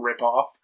ripoff